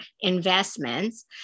investments